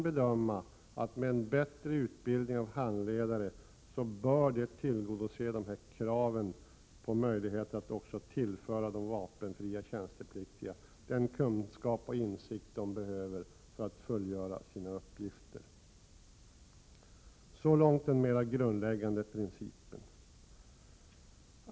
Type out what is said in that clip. En bättre utbildning av handledare bör tillgodose kraven att tillföra de vapenfria tjänstepliktiga den kunskap och insikt de behöver för att fullgöra sina uppgifter. Så långt den mer grundläggande principen.